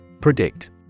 Predict